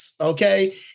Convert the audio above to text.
Okay